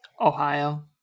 Ohio